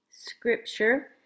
scripture